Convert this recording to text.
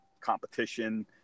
competition